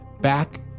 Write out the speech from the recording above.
back